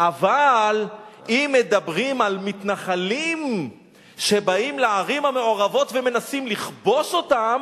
אבל אם מדברים על מתנחלים שבאים לערים המעורבות ומנסים לכבוש אותן,